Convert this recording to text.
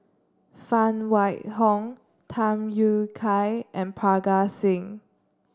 Phan Wait Hong Tham Yui Kai and Parga Singh